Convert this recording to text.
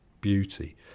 beauty